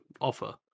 offer